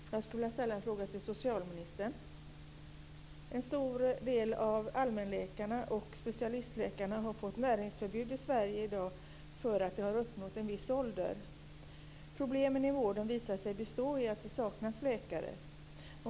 Fru talman! Jag skulle vilja ställa en fråga till socialministern. En stor del av allmänläkarna och specialistläkarna har fått näringsförbud i Sverige i dag, därför att de har uppnått en viss ålder. Problemen i vården visar sig bestå i att det saknas läkare.